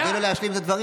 חברת הכנסת גוטליב,